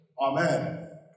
Amen